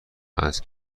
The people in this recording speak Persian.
است